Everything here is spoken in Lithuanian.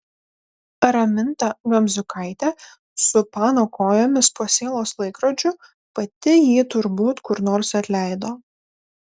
raminta gamziukaitė su pano kojomis po sielos laikrodžiu pati jį turbūt kur nors atleido